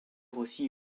aussi